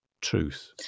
truth